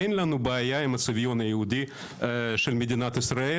אין לנו בעיה עם הצביון היהודי של מדינת ישראל